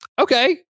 Okay